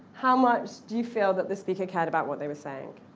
how much do you feel that the speaker cared about what they were saying?